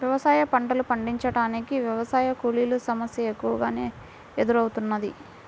వ్యవసాయ పంటలు పండించటానికి వ్యవసాయ కూలీల సమస్య ఎక్కువగా ఎదురౌతున్నది